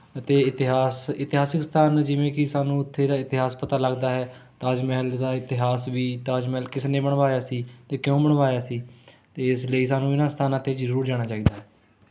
ਅਤੇ ਇਤਿਹਾਸ ਇਤਿਹਾਸਕ ਸਥਾਨ ਜਿਵੇਂ ਕਿ ਸਾਨੂੰ ਉੱਥੇ ਦਾ ਇਤਿਹਾਸ ਪਤਾ ਲੱਗਦਾ ਹੈ ਤਾਜ ਮਹਿਲ ਦਾ ਇਤਿਹਾਸ ਵੀ ਤਾਜ ਮਹਿਲ ਕਿਸ ਨੇ ਬਣਵਾਇਆ ਸੀ ਅਤੇ ਕਿਉਂ ਬਣਵਾਇਆ ਸੀ ਅਤੇ ਇਸ ਲਈ ਸਾਨੂੰ ਇਹਨਾਂ ਸਥਾਨਾਂ 'ਤੇ ਜ਼ਰੂਰ ਜਾਣਾ ਚਾਹੀਦਾ ਹੈ